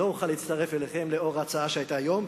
לא אוכל להצטרף אליכם לאור ההצעה שהיתה היום.